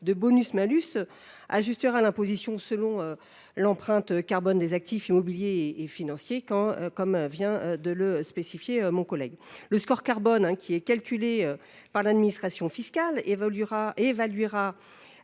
de bonus malus ajustera l’imposition selon l’empreinte carbone des actifs immobiliers et financiers, comme vient de l’expliquer M. Lurel. Le score carbone, calculé par l’administration fiscale, évaluera